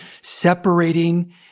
separating